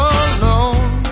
alone